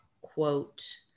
quote